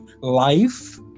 life